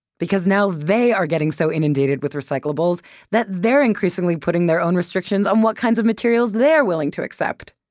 because now they are getting so inundated with recyclables that they're increasingly putting their own restrictions on what kinds of material they are willing to accept!